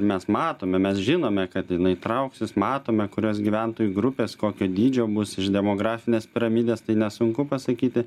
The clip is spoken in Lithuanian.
mes matome mes žinome kad jinai trauksis matome kurios gyventojų grupės kokio dydžio mus iš demografinės piramidės tai nesunku pasakyti